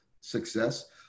success